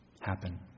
happen